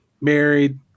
married